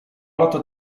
lata